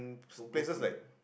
homecooked food and